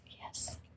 yes